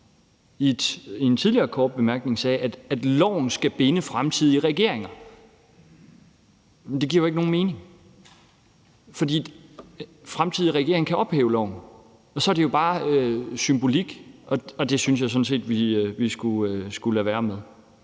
i en tidligere kort bemærkning sagde, at loven skal binde fremtidige regeringer. Det giver jo ikke nogen mening, for fremtidige regeringer kan ophæve loven, og så er det jo bare symbolik. Og det synes jeg sådan set at vi skulle lade være med